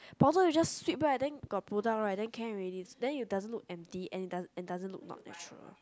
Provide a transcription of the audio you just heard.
powder you just sweep right then got product right then can already then you doesn't look empty and it doesn't doesn't look not natural